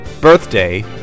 Birthday